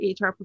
HR